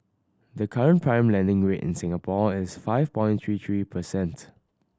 the current prime lending rate in Singapore is five point three three percent